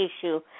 issue